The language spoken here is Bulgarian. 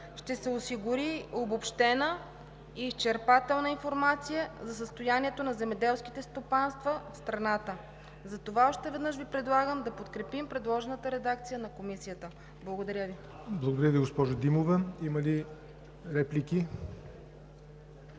ще се осигури обобщена и изчерпателна информация за състоянието на земеделските стопанства в страната. Затова още веднъж Ви предлагам да подкрепим предложената редакция на Комисията. Благодаря Ви. ПРЕДСЕДАТЕЛ ЯВОР НОТЕВ: Благодаря Ви, госпожо Димова. Реплики